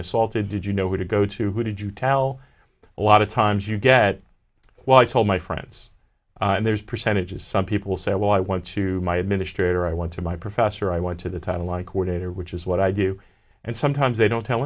assaulted did you know who to go to who did you tell a lot of times you get well i told my friends and there's percentages some people say well i went to my administrator i went to my professor i went to the title like or data which is what i do and sometimes they don't tell